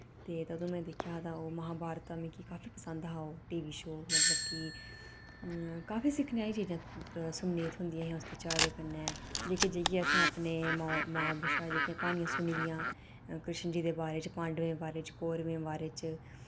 ते तदूं में दिक्खेआ हा तां ओ महाभारत मिकी काफी पसंद हा ओ टीवी शो मतलब कि काफी सिक्खने आह्ली चीजां सुनने च थ्होंदियां हियां उसदे चा ते कन्नै जेह्के जाइयै असें अपने मां मां बब्ब शा जेह्कियां क्हानियां सुनेदियां कृश्ण जी दे बारे च पांडवे दे बारे च कौरवें दे बारे च